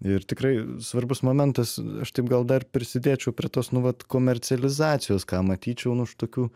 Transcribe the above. ir tikrai svarbus momentas aš taip gal dar prisidėčiau prie tos nu vat komercializacijos ką matyčiau nu už tokių